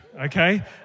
okay